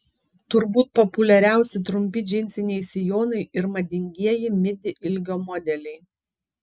turbūt populiariausi trumpi džinsiniai sijonai ir madingieji midi ilgio modeliai